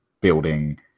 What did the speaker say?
building